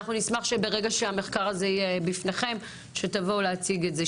אנחנו נשמח שברגע שהמחקר הזה יהיה בפניכם תבואו להציג את זה.